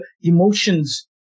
emotions